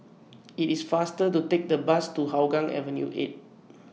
IT IS faster to Take The Bus to Hougang Avenue eight